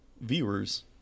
viewers